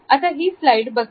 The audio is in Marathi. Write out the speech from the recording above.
आता स्लाईड बघा